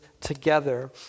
together